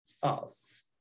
False